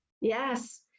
Yes